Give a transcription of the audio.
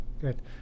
Good